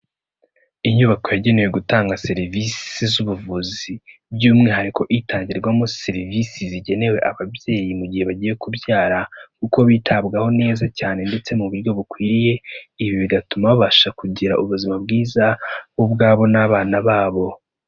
Inyubako yagenewe gutanga serivisi z'ubuvuzi, by'umwihariko itangirwamo serivisi zigenewe ababyeyi mu gihe bagiye kubyara kuko bitabwaho neza cyane ndetse mu buryo bukwiriye, ibi bigatuma babasha kugira ubuzima bwiza bo ubwabo n'abana babo.